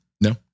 No